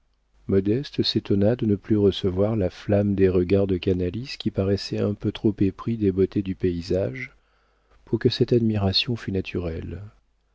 modeste s'étonna de ne plus recevoir la flamme des regards de canalis qui paraissait un peu trop épris des beautés du paysage pour que cette admiration fût naturelle